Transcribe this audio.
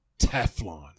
Teflon